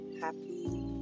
happy